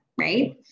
right